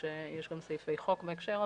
יש גם סעיפי חוק בהקשר הזה,